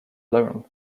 learn